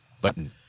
button